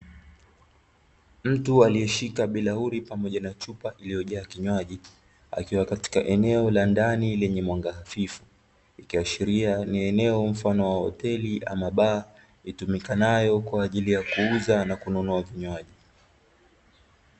Mtu aliyeshika bilauri pamoja na chupa iliyojaa kinywaji akiwa katika eneo la ndani lenye mwanga hafifu ikiashiria ni eneo mfano wa hoteli ama baa litumikalo kwa ajili ya kuuza na kununua vinywaji.